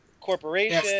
Corporation